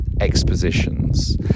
expositions